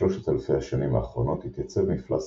בשלושת אלפי השנים האחרונות התייצב מפלס